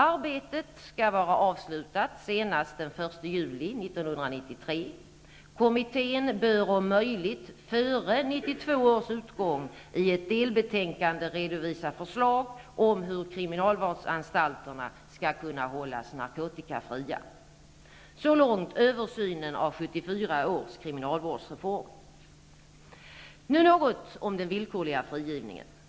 Arbetet skall vara avslutat senast den 1 juli 1993. Kommittén bör om möjligt före 1992 års utgång i ett delbetänkande redovisa förslag om hur kriminalvårdsanstalterna skall kunna hållas narkotikafria. Så långt översynen av 1974 års kriminalvårdsreform. Nu något om den villkorliga frigivningen.